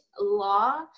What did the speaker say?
law